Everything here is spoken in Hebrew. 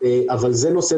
אבל זה נושא,